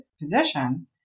position